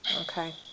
Okay